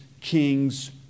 king's